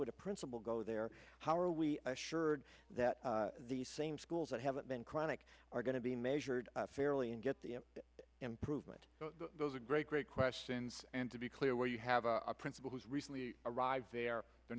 would a principal go there how are we assured that the same schools that haven't been chronic are going to be measured fairly and get the improvement those are great great questions and to be clear where you have a principal who's recently arrived there